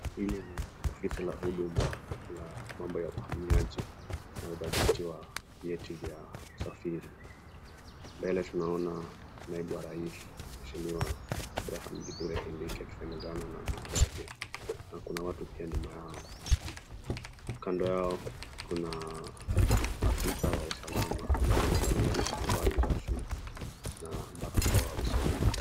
Hili ni ofisi la huduma la mambo ya wahamiaji na udhibiti wa vyeti vya kusafiri. Mbele tunaona Naibu wa Rais Mheshimiwa Abraham Kithure Kindiki akizungumzana na wenzake na kuna watu pia nyuma yao. Kando yao kuna afisa wa usalama ambaye amevalia mavazi rasmi na barakoa usoni.